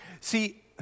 See